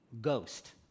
ghost